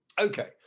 Okay